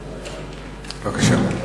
בבקשה.